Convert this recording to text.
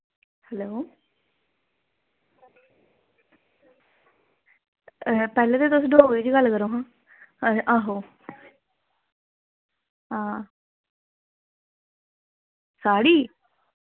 hello पैह्लें ते तुस डोगरी च गल्ल करो आं आहो हां साढ़ी